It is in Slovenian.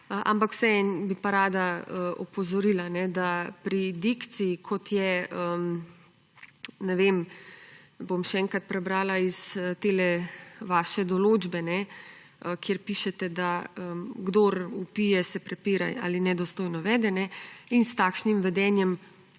Ampak vseeno bi pa rada opozorila, da pri dikciji, kot je, bom še enkrat prebrala iz te vaše določbe, kjer pišete, da »kdor vpije, se prepira ali nedostojno vede in s takšnim vedenjem